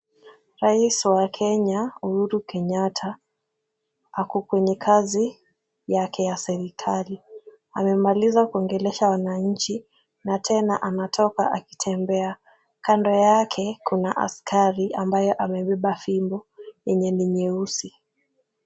Raisi wa kenya uhuru kenyatta ako kwenye kazi yake ya serikali. Amemaliza kuongelesha wananchi, na tena anatoka akitembea. Kando yake kuna askari ambaye amebeba fimbo yenye ni nyeusi.